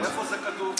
איפה זה כתוב?